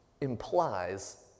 implies